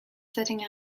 setting